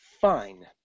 Fine